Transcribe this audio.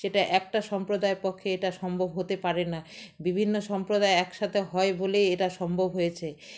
সেটা একটা সম্প্রদায়ের পক্ষে এটা সম্ভব হতে পারে না বিভিন্ন সম্প্রদায় একসাথে হয় বলেই এটা সম্ভব হয়েছে